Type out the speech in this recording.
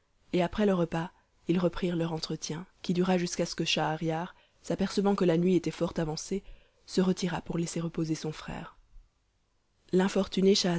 et après le repas ils reprirent leur entretien qui dura jusqu'à ce que schahriar s'apercevant que la nuit était fort avancée se retira pour laisser reposer son frère